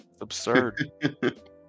Absurd